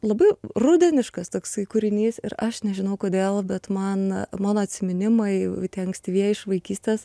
labai rudeniškas toksai kūrinys ir aš nežinau kodėl bet man mano atsiminimai tie ankstyvieji iš vaikystės